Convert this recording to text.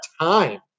time